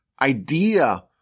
idea